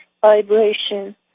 vibration